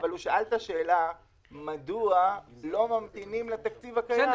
הוא שאל מדוע לא ממתינים לתקציב הקיים,